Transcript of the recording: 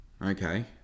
Okay